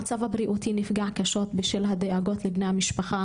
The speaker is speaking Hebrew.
המצב הבריאותי נפגע קשות בשל הדאגות לבני המשפחה,